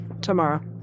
tomorrow